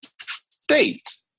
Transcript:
state